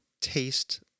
taste